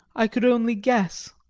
i could only guess.